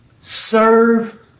Serve